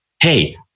Hey